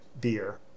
beer